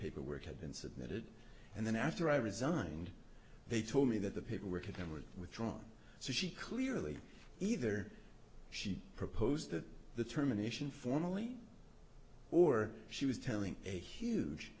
paperwork had been submitted and then after i resigned they told me that the paperwork and were withdrawn so she clearly either she proposed that the terminations formally or she was telling a huge